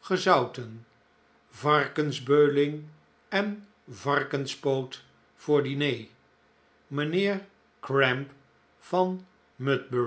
gezouten varkensbeuling en varkenspoot voor diner mijnheer cramp van